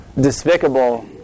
despicable